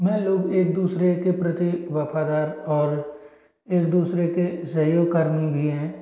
में लोग एक दूसरे के प्रति वफादार और एक दूसरे के सहयोगकर्मी भी हैं